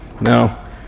Now